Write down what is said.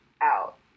out